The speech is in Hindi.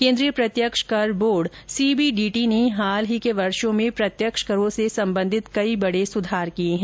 केन्द्रीय प्रत्यक्ष कर बोर्ड सीबीडीटी ने हाल के वर्षो में प्रत्यक्ष करों से संबंधित कई बडे सुधार किये हैं